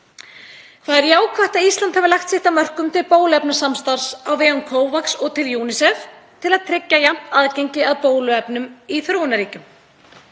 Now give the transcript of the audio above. Það er jákvætt að Ísland hafi lagt sitt af mörkum til bóluefnasamstarfs á vegum COVAX og til UNICEF til að tryggja jafnt aðgengi að bóluefnum í þróunarríkjum.